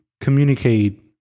communicate